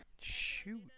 shoot